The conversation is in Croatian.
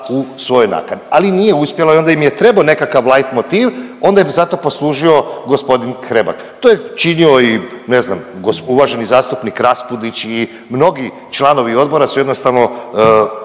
u svojoj nakani, ali nije uspjela i onda im je trebao nekakav lajt motiv, onda im zato poslužio gospodin Hrebak. To je činio i ne znam, uvaženi zastupnik Raspudić i mnogi članovi odbora su jednostavno